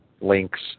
links